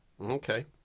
Okay